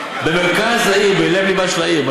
במרכז העיר, בלב-לבה של העיר.